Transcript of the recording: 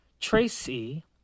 Tracy